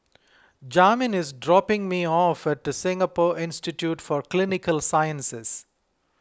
Jamin is dropping me off at Singapore Institute for Clinical Sciences